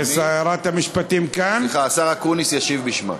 סליחה, השר אקוניס ישיב בשמה.